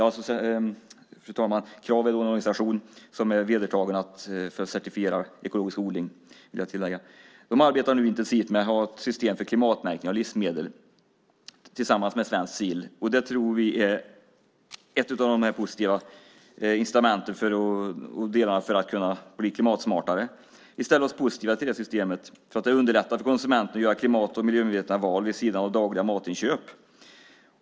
Krav är en organisation som är vedertagen för att certifiera ekologisk odling. Den arbetar nu intensivt tillsammans med Svenskt Sigill med ett system för klimatmärkning av livsmedel. Vi tror att det är ett av de positiva incitament vi behöver för att kunna bli klimatsmartare. Vi ställer oss positiva till det systemet. Det underlättar för konsumenten att göra klimat och miljömedvetna val vid sidan av dagliga matinköp.